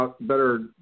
better